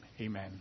Amen